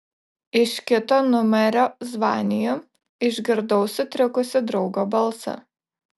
iš kito numerio zvaniju išgirdau sutrikusį draugo balsą